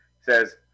says